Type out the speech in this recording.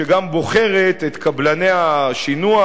שגם בוחרת את קבלני השינוע,